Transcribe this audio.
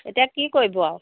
এতিয়া কি কৰিব আৰু